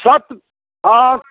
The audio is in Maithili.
सत आओर